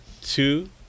two